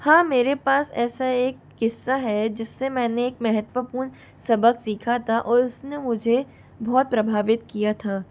हाँ मेरे पास ऐसा एक किस्सा है जिससे मैंने एक महत्वपूर्ण सबक सीखा था और उसने मुझे बहुत प्रभावित किया था